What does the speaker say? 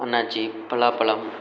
அன்னாச்சி பலாப்பழம்